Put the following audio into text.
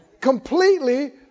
Completely